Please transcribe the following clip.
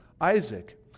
Isaac